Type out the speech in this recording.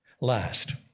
Last